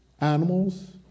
animals